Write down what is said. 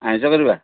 ଆଇଁଷ କରିବା